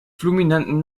fulminanten